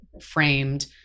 framed